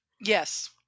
Yes